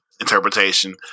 interpretation